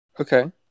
Okay